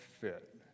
fit